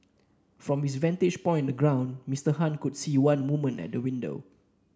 from his vantage point in the ground Mister Han could see one woman at the window